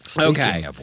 Okay